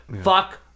Fuck